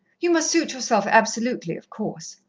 you must suit yourself absolutely, of course.